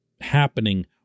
happening